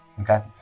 Okay